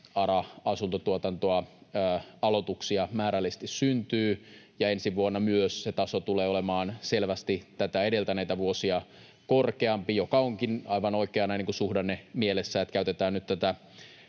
ARA-asuntotuotannon aloituksia määrällisesti. Myös ensi vuonna se taso tulee olemaan selvästi tätä edeltäneitä vuosia korkeampi, mikä onkin aivan oikein näin niin kuin suhdannemielessä, että käytetään nyt tätä